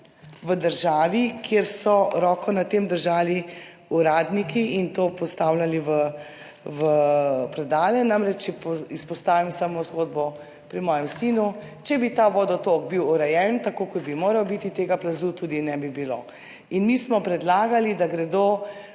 v državi, kjer so roko nad tem držali uradniki in to postavljali v predale? Namreč če izpostavim samo zgodbo pri svojem sinu, če bi ta vodotok bil urejen tako, kot bi moral biti, tega plazu tudi ne bi bilo. In mi smo predlagali, da gredo